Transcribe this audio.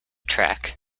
track